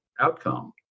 outcome